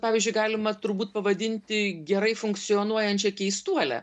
pavyzdžiui galima turbūt pavadinti gerai funkcionuojančia keistuole